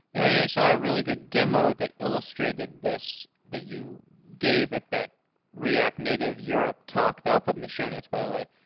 yeah and i saw a really good demo that illustrated this that you gave at that react native europe talk that i'll put in the show notes, by the way.